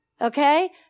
Okay